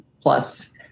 plus